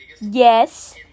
Yes